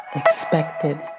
expected